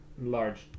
large